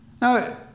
Now